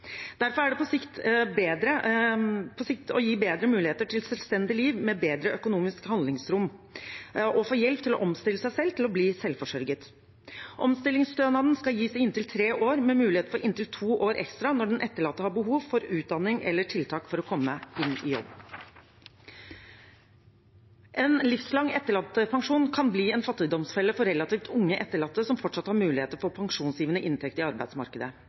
bedre muligheter til et selvstendig liv med bedre økonomisk handlingsrom å få hjelp til å omstille seg selv til å bli selvforsørget. Omstillingsstønaden skal gis i inntil tre år med mulighet for inntil to år ekstra når den etterlatte har behov for utdanning eller tiltak for å komme ut i jobb. En livslang etterlattepensjon kan bli en fattigdomsfelle for relativt unge etterlatte som fortsatt har muligheter for pensjonsgivende inntekt i arbeidsmarkedet.